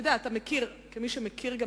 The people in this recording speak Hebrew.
אתה יודע, אתה מכיר את הסוגיה.